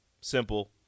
simple